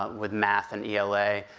ah with math, and ela,